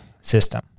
system